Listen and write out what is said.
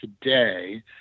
today